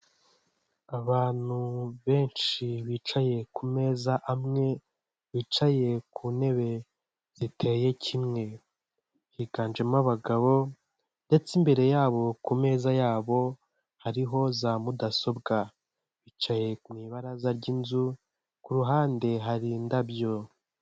Abantu benshi bicaye ku meza amwe, bicaye ku ntebe ziteye kimwe. higanjemo abagabo ndetse imbere yabo ku meza yabo hariho za mudasobwa, bicaye ku ibaraza ry'inzu ku ruhande hari indabyo.